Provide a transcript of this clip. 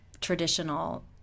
traditional